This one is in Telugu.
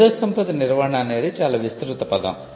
మేధోసంపత్తి నిర్వహణ అనేది చాలా విస్తృత పదం